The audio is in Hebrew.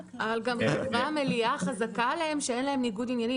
חברי המליאה שאין להם ניגוד עניינים.